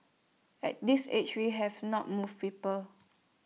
at this age we have none moved people